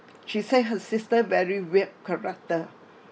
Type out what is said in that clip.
she say her sister very weird character